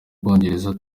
ubwongereza